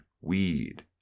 weed